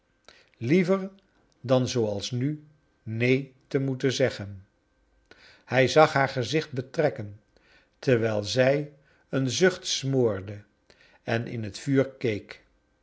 liever dan zooals nu neen te moeten zeggen hij zag haar gezicbt betrekken terwijl zij een zucht smoorde en in het vuur